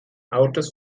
autos